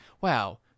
wow